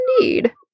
indeed